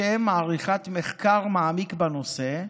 לשם עריכת מחקר מעמיק בנושא.